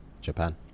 Japan